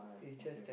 it's just that